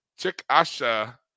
Chickasha